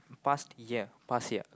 past year past year